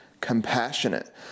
Compassionate